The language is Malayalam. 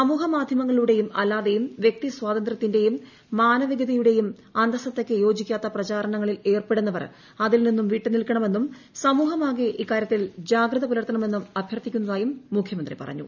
സാമൂഹ്യമാധ്യങ്ങളിലൂടെയും അല്ലാതെയും വ്യക്തി സ്വാതന്ത്യത്തിൻറെയും മാനവികസതയുടെയും അന്തസത്തയ്ക്ക് യോജിക്കാത്ത പ്രചാരണങ്ങളിൽ ഏർപ്പെടുന്നവർ അതിൽ നിന്ന് വിട്ടുനിൽക്കണമെന്നും സമൂഹമാകെ ഇക്കാര്യത്തിൽ ജാഗ്രത പുലർത്തണമെന്നും അഭ്യർത്ഥിക്കുന്നതായും മുഖ്യമന്ത്രി പറഞ്ഞു